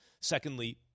Secondly